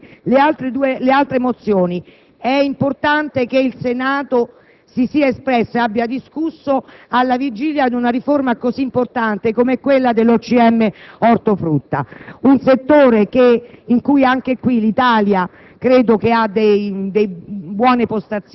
le altre mozioni, è importante che il Senato si sia espresso e abbia discusso alla vigilia di una riforma così importante come quella dell'OCM ortofrutta, un settore in cui credo l'Italia occupi